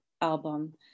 album